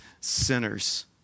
sinners